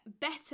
better